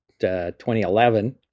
2011